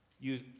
use